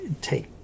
take